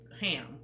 ham